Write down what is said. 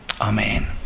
Amen